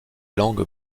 langues